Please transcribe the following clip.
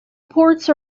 ports